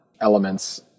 elements